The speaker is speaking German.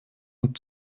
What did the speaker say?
und